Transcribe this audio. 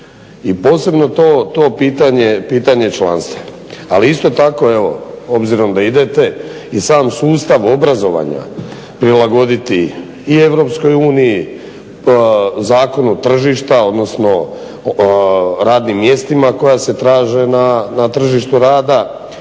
posebno to pitanje pitanje članstva. Ali isto tako evo obzirom da idete i sam sustav obrazovanja prilagoditi i Europskoj uniji, Zakon o tržišta, odnosno radnim mjestima koja se traže na tržištu rada.